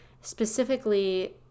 specifically